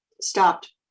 stopped